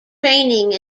training